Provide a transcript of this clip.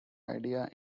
idea